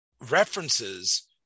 references